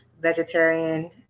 vegetarian